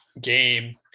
game